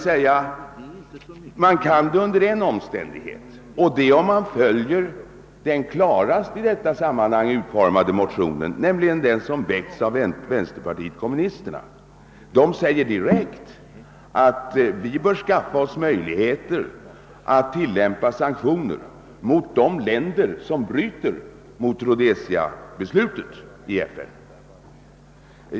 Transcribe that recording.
Det kan man däremot göra om man väljer den klarast utformade motionen, den som har väckts av vänsterpartiet kommunisterna. Motionärerna säger direkt att vi bör skaffa oss möjligheter att tillämpa sanktioner mot de länder som bryter mot Rhodesiabeslutet i FN.